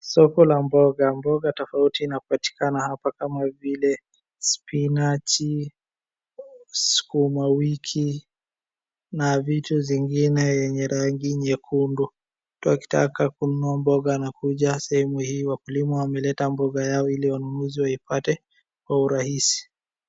Soko la mboga na mboga tofauti zinapatikana hapa, kama vile spinach , sukuma wiki na vitu zingine yenye rangi nyekundu. Mtu akitaka kununua mboga anakuja sehemu hii. Wakulima wameleta mboga yao ili wanunuzi waipate kwa urahisi.